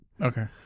Okay